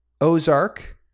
Ozark